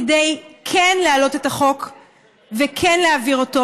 כדי כן להעלות את החוק וכן להעביר אותו,